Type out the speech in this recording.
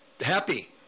happy